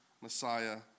Messiah